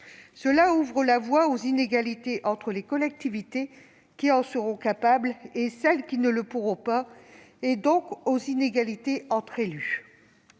Cela ouvre la voie aux inégalités entre les collectivités qui en seront capables et celles qui ne le pourront pas, donc aux inégalités entre élus.